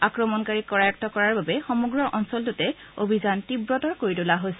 আক্ৰমণকাৰীক কৰায়ত্ত কৰাৰ বাবে সমগ্ৰ অঞ্চলটোতে অভিযান তীব্ৰতৰ কৰি তোলা হৈছে